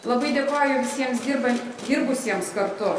labai dėkoju visiems dirban dirbusiems kartu